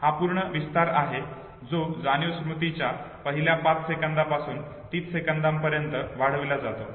हा पूर्ण विस्तार आहे जो जाणीव स्मृतीच्या पहिल्या 5 सेकंदापासून 30 सेकंदांपर्यंत वाढवला जातो